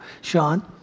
Sean